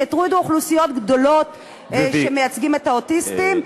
שהטרידו אוכלוסיות גדולות שמייצגות את האוטיסטים.